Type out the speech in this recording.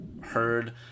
heard